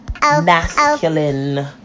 Masculine